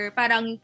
parang